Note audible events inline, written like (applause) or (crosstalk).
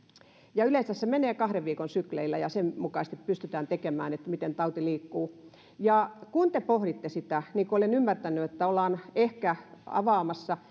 ja yleensä se menee kahden viikon sykleillä ja sen mukaisesti pystytään tekemään arvio miten tauti liikkuu ja kun te pohditte sitä niin kuin olen ymmärtänyt että ollaan ehkä avaamassa (unintelligible)